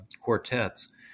quartets